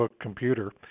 computer